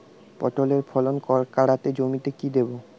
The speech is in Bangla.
পটলের ফলন কাড়াতে জমিতে কি দেবো?